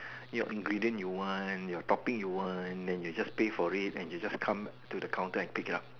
your ingredient you want your topping you want then you just pay for it and you just come to counter and pick it up